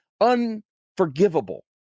unforgivable